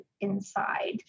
inside